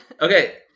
Okay